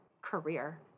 career